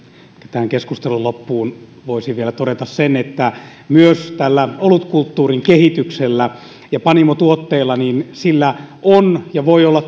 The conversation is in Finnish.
tähän keskustelun loppuun voisin vielä todeta sen että myös tällä olutkulttuurin kehityksellä ja panimotuotteilla on ja voi olla